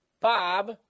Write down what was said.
Bob